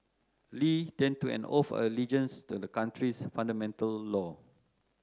Li then took an oath of allegiance to the country's fundamental law